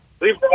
Leave